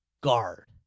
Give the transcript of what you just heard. guard